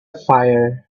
fire